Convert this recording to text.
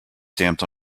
stamped